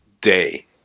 day